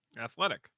Athletic